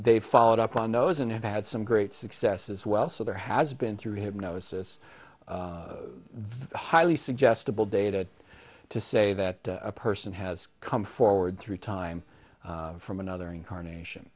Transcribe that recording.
they followed up on those and have had some great success as well so there has been through hypnosis highly suggestible data to say that a person has come forward through time from another incarnation